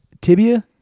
tibia